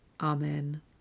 Amen